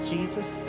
Jesus